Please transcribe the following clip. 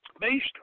based